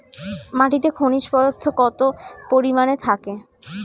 মাটিতে খনিজ পদার্থ কত পরিমাণে থাকে?